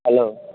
hello